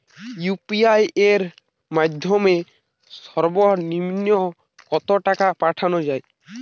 UPI এর মাধ্যমে সর্ব নিম্ন কত টাকা পাঠানো য়ায়?